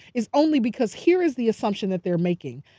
is only because here is the assumption that they're making.